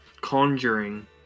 conjuring